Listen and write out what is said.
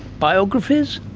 biographies?